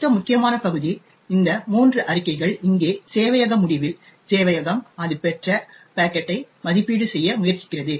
அடுத்த முக்கியமான பகுதி இந்த மூன்று அறிக்கைகள் இங்கே சேவையக முடிவில் சேவையகம் அது பெற்ற பாக்கெட்டை மதிப்பீடு செய்ய முயற்சிக்கிறது